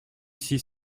six